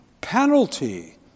penalty